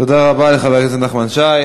תודה רבה לחבר הכנסת נחמן שי.